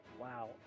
Wow